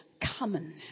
common